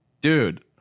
Dude